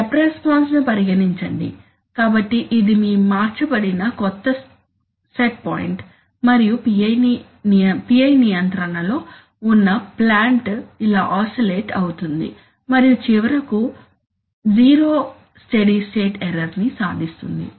step response ను పరిగణించండి కాబట్టి ఇది మీ మార్చబడిన క్రొత్త సెట్ పాయింట్ మరియు PI నియంత్రణలో ఉన్న ప్లాంట్ ఇలా ఆసిలేట్ ఆవుతుంది మరియు చివరకు జీరో స్టెడీ స్టేట్ ఎర్రర్ ని సాధిస్తుంది